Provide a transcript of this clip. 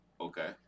Okay